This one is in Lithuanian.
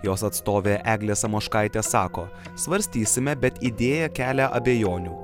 jos atstovė eglė samoškaitė sako svarstysime bet idėja kelia abejonių